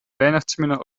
weihnachtsmänner